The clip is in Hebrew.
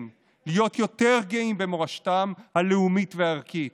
להיות יותר גאים במורשתם הלאומית והערכית